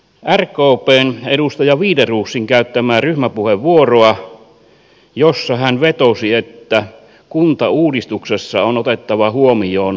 kuuntelin rkpn edustaja wideroosin käyttämää ryhmäpuheenvuoroa jossa hän vetosi että kuntauudistuksessa on otettava huomioon myöskin ruotsin kieli